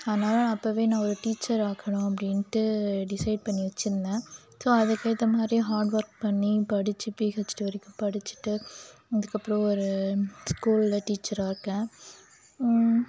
ஆனால் அப்போவே நான் ஒரு டீச்சர் ஆகணும் அப்படின்னுட்டு டிசைட் பண்ணி வச்சுருந்தேன் ஸோ அதுக்கு ஏற்ற மாதிரி ஹார்டுஒர்க் பண்ணி படிச்சு பிஹெச்டி வரைக்கும் படிச்சுட்டு அது அப்புறோம் ஒரு ஸ்கூலில் டீச்சராயிருக்கேன்